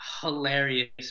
hilarious